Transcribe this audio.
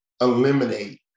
eliminate